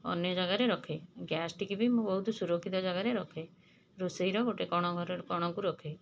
ଅନ୍ୟ ଜାଗାରେ ରଖେ ଗ୍ୟାସ୍ଟିକି ବି ମୁଁ ବହୁତ ସୁରକ୍ଷିତ ଜାଗାରେ ରଖେ ରୋଷେଇର ଗୋଟେ କୋଣ ଘରେ କୋଣକୁ ରଖେ